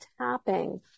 tapping